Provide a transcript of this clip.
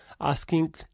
asking